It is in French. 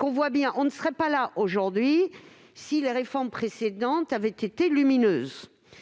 On ne serait pas là aujourd'hui si les réformes précédentes avaient été lumineuses.